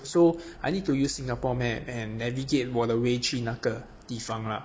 so I need to use singapore map and navigate 我的 way 去那个地方啦